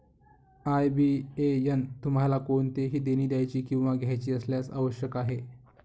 IBAN तुम्हाला कोणतेही देणी द्यायची किंवा घ्यायची असल्यास आवश्यक आहे